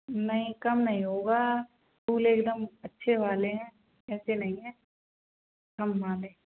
नहीं कम नहीं होगा फूल एकदम अच्छे वाले हैं ऐसे नहीं हैं कम वाले